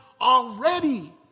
already